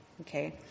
Okay